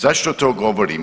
Zašto to govorim?